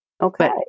Okay